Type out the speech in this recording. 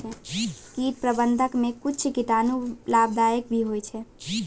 कीट प्रबंधक मे कुच्छ कीटाणु लाभदायक भी होय छै